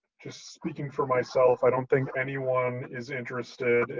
just speaking for myself, i don't think anyone is interested,